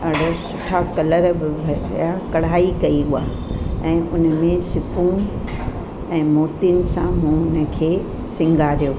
अड़े सुठा कलर बि हुआ कढ़ाई कई उहा ऐं हुन में सिप्पू ऐं मोतियुनि सां हुनखे सिंगारियो